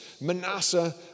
Manasseh